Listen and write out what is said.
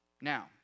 Now